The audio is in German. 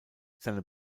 seine